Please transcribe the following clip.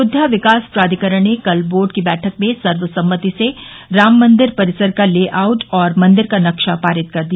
अयोध्या विकास प्राधिकरण ने कल बोर्ड की बैठक में सर्वसम्मति से राम मंदिर परिसर का ले आउट और मंदिर का नक्शा पारित कर दिया